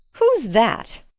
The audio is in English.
who's that?